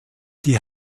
die